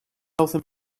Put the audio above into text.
healthy